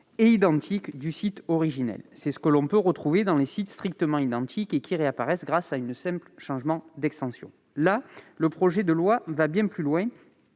et identique du site originel. C'est ce que l'on peut retrouver dans les sites strictement identiques qui réapparaissent grâce à un simple changement d'extension. En l'espèce, le projet de loi va bien plus loin